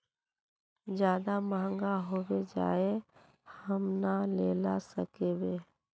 ज्यादा महंगा होबे जाए हम ना लेला सकेबे?